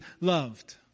loved